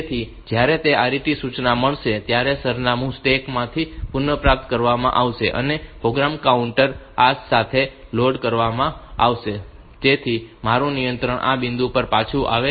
તેથી જ્યારે તેને RET સૂચના મળશે ત્યારે સરનામું સ્ટેક માંથી પુનઃપ્રાપ્ત કરવામાં આવશે અને પ્રોગ્રામ કાઉન્ટર આ સાથે લોડ કરવામાં આવશે જેથી મારું નિયંત્રણ આ બિંદુ પર પાછું આવે